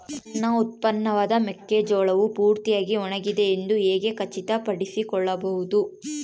ನನ್ನ ಉತ್ಪನ್ನವಾದ ಮೆಕ್ಕೆಜೋಳವು ಪೂರ್ತಿಯಾಗಿ ಒಣಗಿದೆ ಎಂದು ಹೇಗೆ ಖಚಿತಪಡಿಸಿಕೊಳ್ಳಬಹುದು?